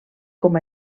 com